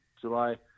July